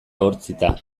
ehortzita